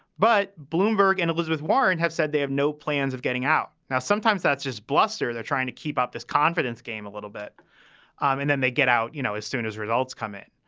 but bloomberg and elizabeth warren have said they have no plans of getting out. now, sometimes that's just bluster. they're trying to keep up this confidence game a little bit and then they get out. you know, as soon as results come in.